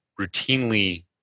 routinely